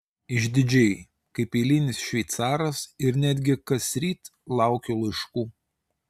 išdidžiai kaip eilinis šveicaras ir netgi kasryt laukiu laiškų